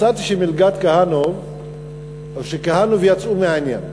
מצאתי שכהנוף יצאו מהעניין.